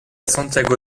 santiago